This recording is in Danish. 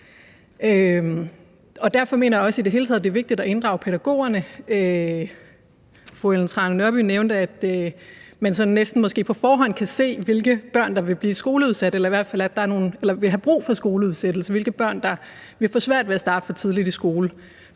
det hele taget, at det er vigtigt at inddrage pædagogerne. Fru Ellen Trane Nørby nævnte, at man måske sådan næsten på forhånd kan se, hvilke børn der vil have brug for skoleudsættelse, altså hvilke børn der vil få svært ved at starte for tidligt i skole: